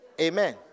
Amen